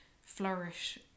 flourish